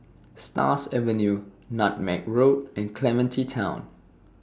Stars Avenue Nutmeg Road and Clementi Town